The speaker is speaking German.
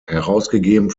herausgegeben